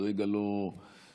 כרגע לא מתאפשרים,